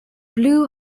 blew